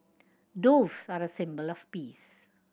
doves are the symbol of peace